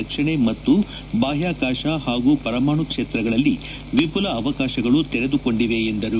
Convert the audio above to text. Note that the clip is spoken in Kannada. ರಕ್ಷಣೆ ಮತ್ತು ಬಾಹ್ವಾಕಾಶ ಮತ್ತು ಪರಮಾಣು ಕ್ಷೇತ್ರಗಳಲ್ಲಿ ವಿಪುಲ ಅವಕಾಶಗಳು ತೆರೆದುಕೊಂಡಿವೆ ಎಂದರು